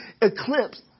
eclipse